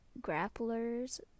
grapplers